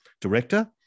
director